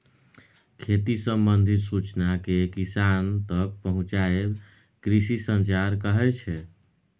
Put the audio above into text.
खेती संबंधित सुचना केँ किसान तक पहुँचाएब कृषि संचार कहै छै